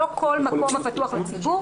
לא כל מקום הפתוח לציבור,